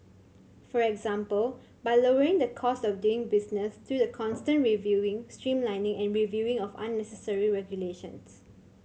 for example by lowering the cost of doing business through the constant reviewing streamlining and reviewing of unnecessary regulations